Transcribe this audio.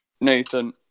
Nathan